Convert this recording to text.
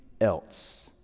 else